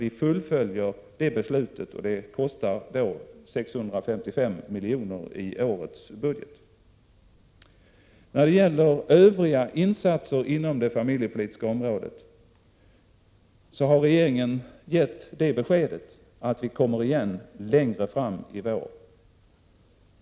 Vi fullföljer det beslutet, och det kostar 655 miljoner i årets budget. När det gäller övriga insatser inom det familjepolitiska området har regeringen givit beskedet att vi kommer igen längre fram i vår.